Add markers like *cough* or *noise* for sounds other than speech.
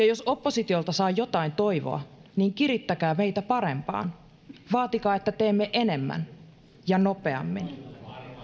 *unintelligible* jos oppositiolta saa jotain toivoa niin kirittäkää meitä parempaan vaatikaa että teemme enemmän ja nopeammin